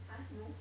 !huh! no